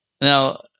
Now